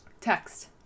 Text